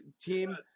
team